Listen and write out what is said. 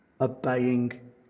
obeying